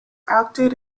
acted